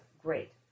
great